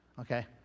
Okay